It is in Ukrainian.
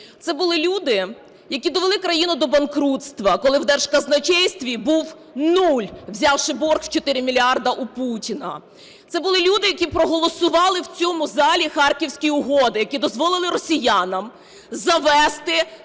Це були люди, які довели країну до банкрутства, коли в Держказначействі був нуль, взявши борг в 4 мільярди у Путіна. Це були люди, які проголосували в цьому залі Харківські угоди, які дозволили росіянам завести свої